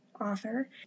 author